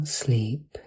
sleep